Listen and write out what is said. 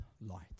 light